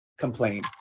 Complain